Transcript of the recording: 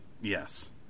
Yes